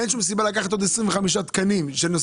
אין שום סיבה לקחת עוד 25 תקנים של המשרד